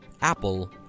Apple